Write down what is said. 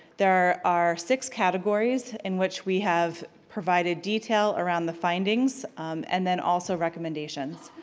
there are are six categories in which we have provided detail around the findings and then also recommendations.